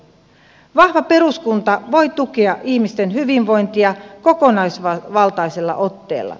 vahva peruskunta voi tukea ihmisten hyvinvointia kokonaisvaltaisella otteella